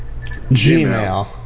Gmail